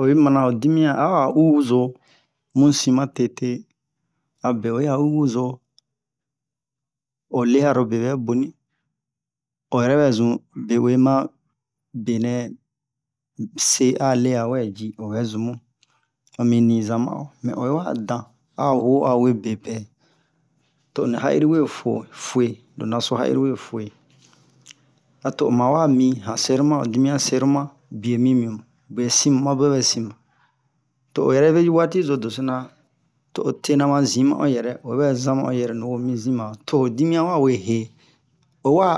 oyi mana ho dimiyan a'a uzo mu sin ma tete abe oyiya uzo o learobe bɛ boni o yɛrɛ bɛ zun be'uwe ma benɛ se a leawɛ maji obɛ zun mu omi niza ma'o mɛ oyi wa dan a yuo awo bepɛ toni ya'iri wefo fwe lo naso ha'iri we fwe ato oma wami han sɛroma ho dimiyan sɛroma bie mimu mabwɛ bɛsin to'o ɛrɛ vɛ ju wati zo dosona to'o tena ma zin ma'o yɛrɛ o bɛ zan ma'o yɛrɛ nuwo mi zin ma'o to'o dimiyan wawehe owa